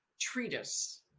treatise